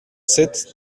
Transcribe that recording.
sept